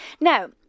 Now